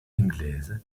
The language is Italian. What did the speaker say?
inglese